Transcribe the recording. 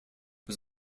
was